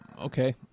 Okay